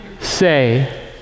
say